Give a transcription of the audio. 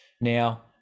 now